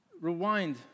Rewind